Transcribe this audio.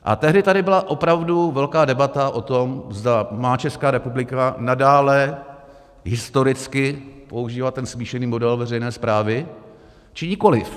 A tehdy tady byla opravdu velká debata o tom, zda má Česká republika nadále historicky používat ten smíšený model veřejné správy, či nikoli.